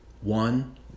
One